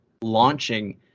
launching